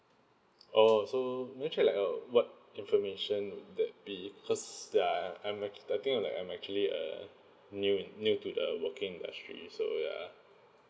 oh so may I check like uh what information that be cause ya I'm ac~ I think like I'm actually uh new new to the working industry so ya